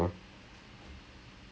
she's not in band anymore